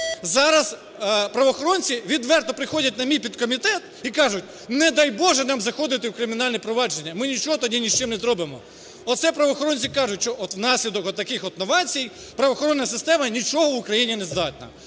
Зараз правоохоронці відверто приходять на мій підкомітет і кажуть, не дай Боже нам заходити в кримінальне провадження. Ми нічого тоді ні з чим не зробимо. Оце правоохоронці кажуть, що внаслідок отаких новацій правоохоронна система нічого в Україні не здатна.